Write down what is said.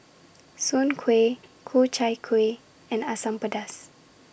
Soon Kway Ku Chai Kueh and Asam Pedas